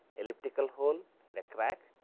elliptical hole in a crack,